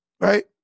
Right